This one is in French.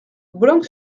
boulogne